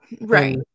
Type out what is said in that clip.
Right